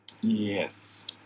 Yes